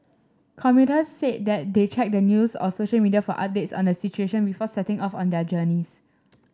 commuters said they checked the news or social media for updates on the situation before setting off on their journeys